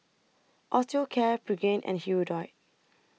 Osteocare Pregain and Hirudoid